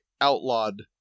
outlawed